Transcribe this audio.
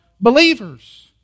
believers